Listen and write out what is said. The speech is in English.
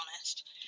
honest